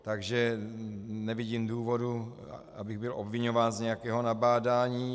Takže nevidím důvodu, abych byl obviňován z nějakého nabádání.